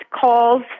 calls